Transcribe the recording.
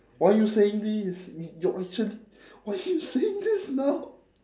why are you saying this y~ you're actually why are you saying this now